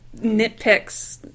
nitpicks